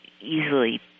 easily